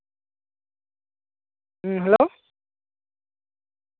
ᱦᱮᱸ ᱦᱮᱞᱳ